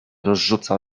rozrzuca